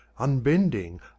unbending